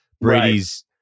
Brady's